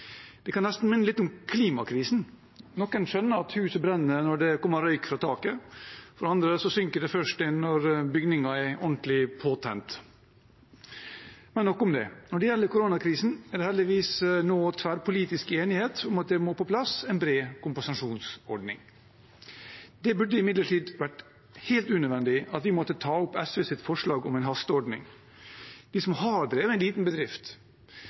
Det kan nesten minne litt om klimakrisen – noen skjønner at huset brenner når det kommer røyk fra taket, for andre synker det først inn når bygningen er ordentlig påtent. Men nok om det: Når det gjelder koronakrisen, er det heldigvis nå tverrpolitisk enighet om at det må på plass en bred kompensasjonsordning. Det burde imidlertid ha vært helt unødvendig at vi måtte ta opp SVs forslag om en hasteordning. Vi som har drevet en liten bedrift,